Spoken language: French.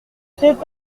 c’est